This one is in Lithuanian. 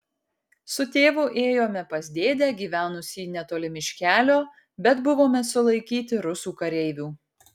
su tėvu ėjome pas dėdę gyvenusį netoli miškelio bet buvome sulaikyti rusų kareivių